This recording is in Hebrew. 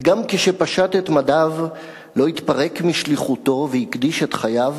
וגם כשפשט את מדיו לא התפרק משליחותו והקדיש את חייו,